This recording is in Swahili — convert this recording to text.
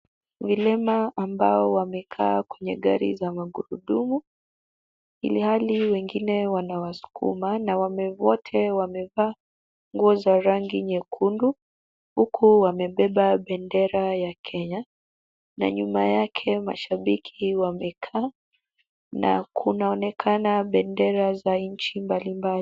Vilema ambao wamekaa kwenye gari za magurudumu. Ilhali wengine wanawasukuma, na wanaume wote wamevaa nguo za rangi nyekundu huku wamebeba bendera ya Kenya. Na nyuma yake mashabiki wamekaa na kunaonekana bendera za nchi mbalimbali.